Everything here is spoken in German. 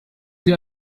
sie